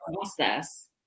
process